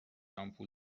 آمپول